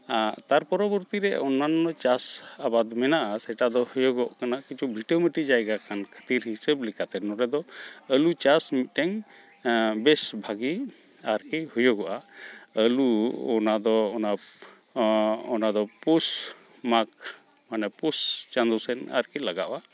ᱛᱟᱨ ᱯᱚᱨᱚᱵᱚᱨᱛᱤ ᱨᱮ ᱚᱱᱱᱟᱱᱚ ᱪᱟᱥᱼᱟᱵᱟᱫᱽ ᱢᱮᱱᱟᱜᱼᱟ ᱥᱮᱴᱟ ᱫᱚ ᱦᱩᱭᱩᱜᱚᱜ ᱠᱟᱱᱟ ᱠᱤᱪᱷᱩ ᱵᱷᱤᱴᱟᱹᱢᱟᱹᱴᱤ ᱡᱟᱭᱜᱟ ᱠᱟᱱ ᱠᱷᱟᱹᱛᱤᱨ ᱦᱤᱥᱟᱹᱵᱽᱞᱮᱠᱟᱛᱮ ᱱᱚᱸᱰᱮ ᱫᱚ ᱟᱹᱞᱩ ᱪᱟᱥ ᱢᱤᱫᱴᱮᱝ ᱵᱮᱥ ᱵᱷᱟᱹᱜᱤ ᱟᱨᱠᱤ ᱦᱩᱭᱩᱜᱚᱜᱼᱟ ᱟᱹᱞᱩ ᱚᱱᱟ ᱫᱚ ᱚᱱᱟ ᱚᱱᱟ ᱫᱚ ᱯᱩᱥ ᱢᱟᱜᱽ ᱢᱟᱱᱮ ᱯᱩᱥ ᱪᱟᱸᱫᱚ ᱥᱮᱡ ᱟᱨᱠᱤ ᱞᱟᱜᱟᱣᱚᱜᱼᱟ